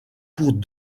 cours